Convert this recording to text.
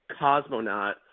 cosmonaut